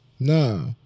No